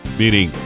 meaning